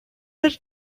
that